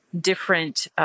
different